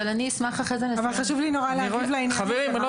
חברים,